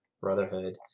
brotherhood